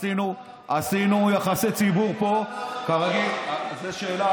עשינו יחסי ציבור פה, כרגיל, אני מעולם